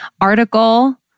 Article